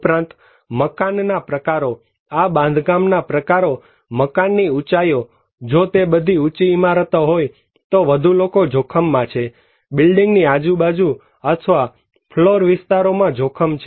ઉપરાંત મકાનોના પ્રકારો આ બાંધકામોના પ્રકારો મકાનની ઉંચાઈઓ જો તે બધી ઊંચી ઇમારતો હોય તો વધુ લોકો જોખમમાં છે બિલ્ડીંગ ની આજુબાજુ અથવા ફ્લોર વિસ્તારોમાં જોખમ છે